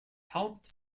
helped